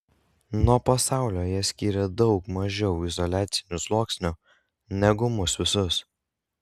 nuo pasaulio ją skyrė daug mažiau izoliacinių sluoksnių negu mus visus